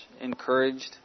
encouraged